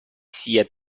sia